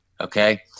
Okay